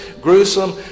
gruesome